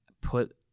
put